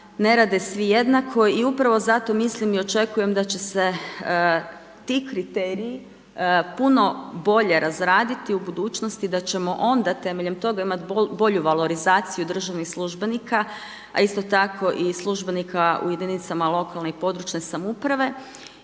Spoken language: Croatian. ne rade svi jednako. I upravo zato mislim i očekujem da će se ti kriteriji puno bolje razraditi u budućnosti da ćemo onda temeljem toga imati bolju valorizaciju državnih službenika a isto tako i službenika u jedinicama lokalne i područne samouprave.